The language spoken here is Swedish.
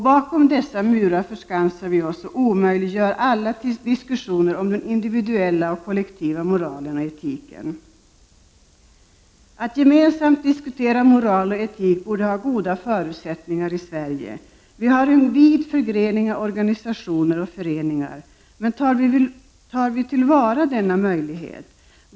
Bakom dessa murar förskansar vi oss och omöjliggör alla diskussioner om den individuella och kollektiva moralen och etiken. Det borde finnas goda förutsättningar i Sverige för att man gemensamt skall kunna diskutera moral och etik. Vi har en vid förgrening av organisationer och föreningar. Men tar vi till vara denna möjlighet?